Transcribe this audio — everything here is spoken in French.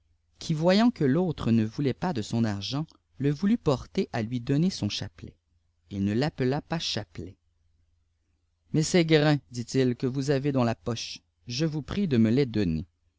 qui voyant que l'autre ne voulait pas de son argent le voulut porter à lui donner son chapelet il ne l'appela pas chapelet mais ces ffrains dit-il que vous avez dans la poche je vous prie de me les donner